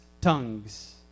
tongues